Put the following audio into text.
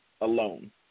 alone